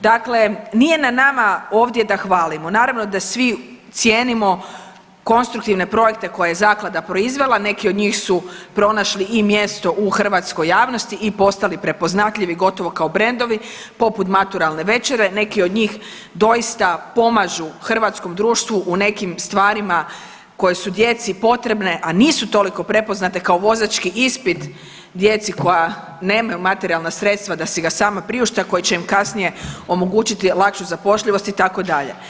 Dakle, nije na nama ovdje da hvalimo, naravno da svi cijenimo konstruktivne projekte koje je zaklada proizvela, neki od njih su pronašli i mjesto u hrvatskoj javnosti i postali prepoznatljivi gotovo kao brendovi poput „Maturalne večere“, neki od njih doista pomažu hrvatskom društvu u nekim stvarima koje su djeci potrebne, a nisu toliko prepoznate kao vozački ispit djeci koja nemaju materijalna sredstva da si ga sama priušte, a koji će im kasnije omogućiti lakšu zapošljivost itd.